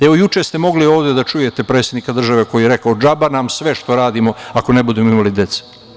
Evo, juče ste mogli ovde da čujete predsednika države koji je rekao - džaba nam sve što radimo ako ne budemo imali dece.